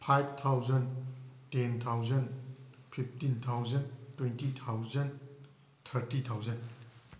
five thousand ten thousand fifteen thousand twenty thousand thirty thousand